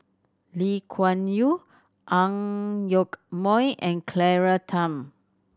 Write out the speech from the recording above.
Lee Kuan Yew Ang Yoke Mooi and Claire Tham